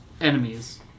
enemies